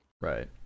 right